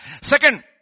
second